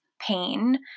pain